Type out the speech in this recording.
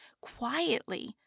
quietly